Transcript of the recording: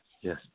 Yes